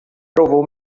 provou